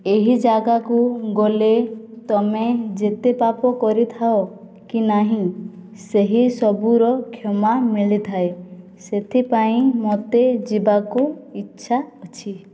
ଏହି ଜାଗାକୁ ଗଲେ ତୁମେ ଯେତେ ପାପ କରିଥାଅ କି ନାହିଁ ସେହି ସବୁର କ୍ଷମା ମିଳିଥାଏ ସେଥିପାଇଁ ମୋତେ ଯିବାକୁ ଇଚ୍ଛା ଅଛି